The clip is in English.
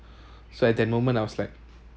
so at that moment I was like